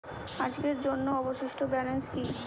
আজকের জন্য অবশিষ্ট ব্যালেন্স কি?